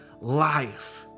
life